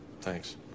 Thanks